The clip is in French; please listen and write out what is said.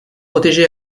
protégés